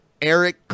Eric